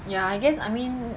ya I guess I mean